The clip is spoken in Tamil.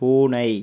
பூனை